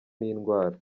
n’indwara